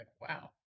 wow